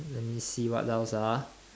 let me see what else ah